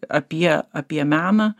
apie apie meną